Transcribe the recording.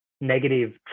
negative